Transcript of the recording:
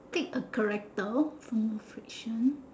take a character from a fiction